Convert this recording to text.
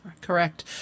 correct